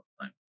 time